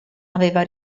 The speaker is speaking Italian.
aveva